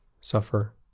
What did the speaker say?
suffer